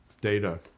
data